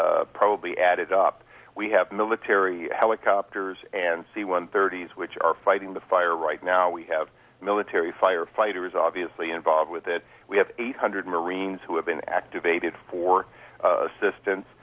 f probably added up we have military helicopters and c one thirty s which are fighting the fire right now we have military firefighters obviously involved with that we have eight hundred marines who have been activated for assistance